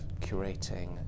curating